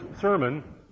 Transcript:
sermon